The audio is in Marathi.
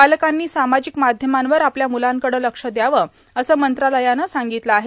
पालकांनी सामाजिक माध्यमांवर आपल्या मुलांकडं लक्ष द्यावं असं मंत्रालयानं सांगितलं आहे